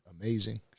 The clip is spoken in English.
amazing